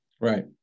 Right